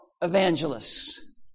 evangelists